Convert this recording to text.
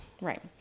Right